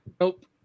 Nope